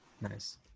Nice